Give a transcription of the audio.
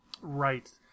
Right